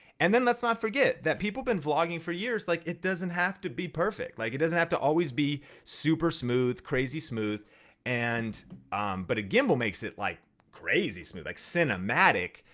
and then let's not forget that people been vlogging for years, like, it doesn't have to be perfect, like, it doesn't have to always be super smooth crazy smooth and but a gimbal makes it like crazy smooth, like cinematic,